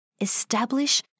Establish